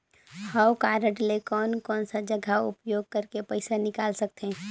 हव कारड ले कोन कोन सा जगह उपयोग करेके पइसा निकाल सकथे?